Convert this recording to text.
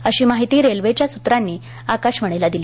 अशी माहिती रेल्वेच्या प्रतिनिधींनी आकाशवाणीला दिली